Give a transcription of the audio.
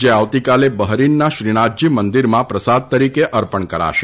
જે આવતીકાલે બહરીનના શ્રીનાથજી મંદિરમાં પ્રસાદ તરીકે અર્પણ કરાશે